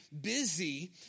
busy